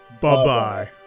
Bye-bye